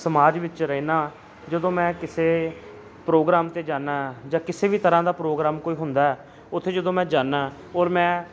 ਸਮਾਜ ਵਿੱਚ ਰਹਿੰਦਾ ਜਦੋਂ ਮੈਂ ਕਿਸੇ ਪ੍ਰੋਗਰਾਮ 'ਤੇ ਜਾਂਦਾ ਜਾਂ ਕਿਸੇ ਵੀ ਤਰ੍ਹਾਂ ਦਾ ਪ੍ਰੋਗਰਾਮ ਕੋਈ ਹੁੰਦਾ ਉੱਥੇ ਜਦੋਂ ਮੈਂ ਜਾਂਦਾ ਔਰ ਮੈਂ